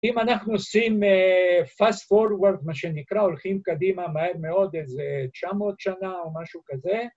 אם אנחנו עושים fast forward, מה שנקרא, הולכים קדימה מהר מאוד איזה 900 שנה או משהו כזה,